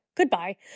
goodbye